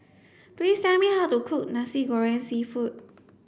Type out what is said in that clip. please tell me how to cook Nasi Goreng seafood